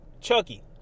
Chucky